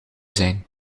zijn